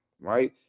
right